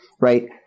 right